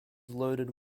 loaded